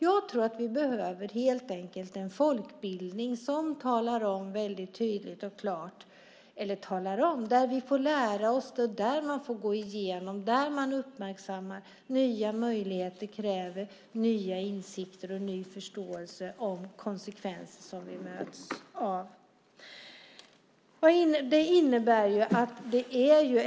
Jag tror att vi helt enkelt behöver en folkbildning där man får lära sig och uppmärksammar att nya möjligheter kräver nya insikter och ny förståelse av de konsekvenser som vi möts av.